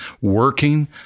working